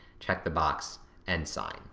check the box, and sign.